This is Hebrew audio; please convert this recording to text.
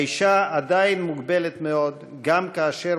"האישה עדיין מוגבלת מאוד"; "גם כאשר